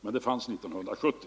Men det fanns 1970.